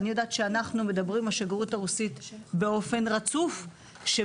אני יודעת שאנחנו מדברים עם השגרירות הרוסית באופן רצוף והם